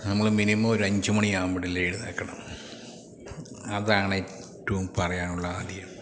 നമ്മള് മിനിമം ഒരഞ്ചു മണിയാവുമ്പഴേലും എഴുന്നേല്ക്കണം അതാണ് ഏറ്റവും പറയാനുള്ളത് ആദ്യം